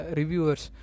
reviewers